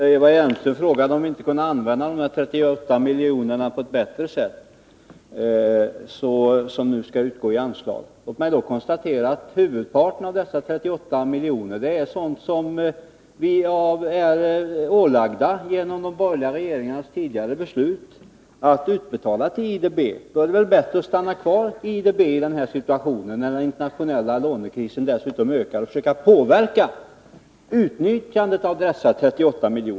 Fru talman! Eva Hjelmström frågade om vi inte kunde använda dessa 38 miljoner som skall utgå i anslag på ett bättre sätt. Låt mig då konstatera att huvudparten av dessa 38 miljoner är sådant som vi är ålagda genom de borgerliga regeringarnas tidigare beslut att utbetala till IDB. Då är det väl bättre att stanna kvar i IDB i den här situationen, när den internationella lånekrisen dessutom ökar, och försöka påverka utnyttjandet av dessa 38 miljoner.